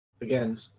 Again